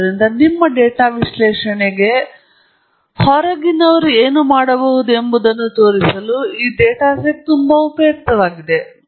ಆದ್ದರಿಂದ ನಿಮ್ಮ ಡೇಟಾ ವಿಶ್ಲೇಷಣೆಗೆ ಹೊರಗಿನವರು ಏನು ಮಾಡಬಹುದು ಎಂಬುದನ್ನು ತೋರಿಸಲು ಈ ಡೇಟಾ ಸೆಟ್ ತುಂಬಾ ಉಪಯುಕ್ತವಾಗಿದೆ